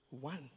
One